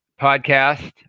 podcast